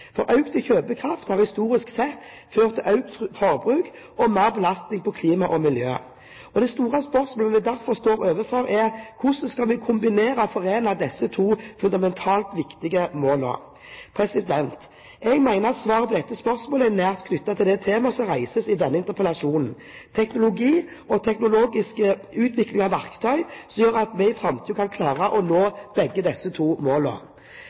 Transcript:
kjøpekraft har historisk sett ført til økt forbruk og mer belastning på klima og miljø. Det store spørsmålet vi derfor står overfor, er: Hvordan skal vi kombinere og forene disse to fundamentalt viktige målene? Jeg mener at svaret på dette spørsmålet er nært knyttet til det temaet som reises i denne interpellasjonen. Teknologi og teknologisk utvikling er verktøyet som gjør at vi i framtiden kan klare å nå begge disse to